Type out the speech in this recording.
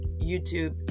YouTube